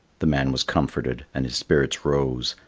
the man was comforted and his spirits rose,